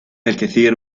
الكثير